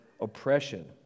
oppression